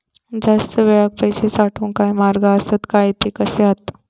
जास्त वेळाक पैशे साठवूचे काय मार्ग आसत काय ते कसे हत?